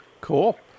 Cool